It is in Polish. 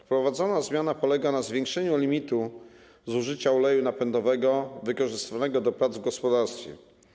Wprowadzona zmiana polega na zwiększeniu limitu zużycia oleju napędowego wykorzystywanego do prac w gospodarstwie.